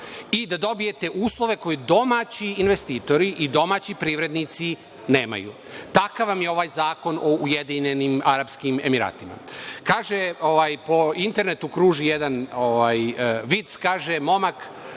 i da dobijete uslove koje domaći investitori i domaći privrednici nemaju. Takav vam je ovaj zakon o Ujedinjenim Arapskim Emiratima. Po internetu kruži jedan vic, kaže momak